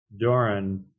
Doran